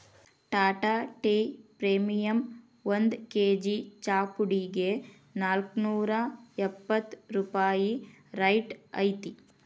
Tata tea premium ಒಂದ್ KG ಚಾಪುಡಿಗೆ ನಾಲ್ಕ್ನೂರಾ ಎಪ್ಪತ್ ರೂಪಾಯಿ ರೈಟ್ ಐತಿ